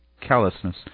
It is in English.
callousness